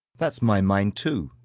that's my mind too.